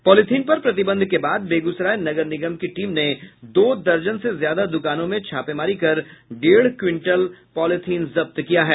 polythene पर प्रतिबंध के बाद बेगूसराय नगर निगम की टीम ने दो दर्जन से ज्यादा दुकानों में छापेमारी कर डेढ़ क्विंटल पॉलीथिन जब्त किया है